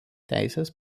teisės